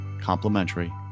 complimentary